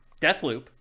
Deathloop